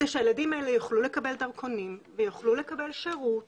כדי שהילדים האלה יוכלו לקבל דרכונים ויוכלו לקבל שירות